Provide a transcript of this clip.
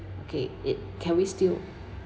okay it can we still